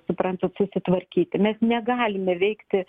suprantat susitvarkyti mes negalime veikti